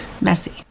messy